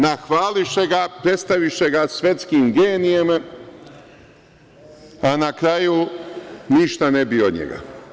Nahvališe ga, predstaviše ga svetskim genijem, a na kraju ništa ne bi od njega.